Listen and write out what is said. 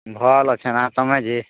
ଭଲ୍ ଅଛେ ନା ତମେ ଯେ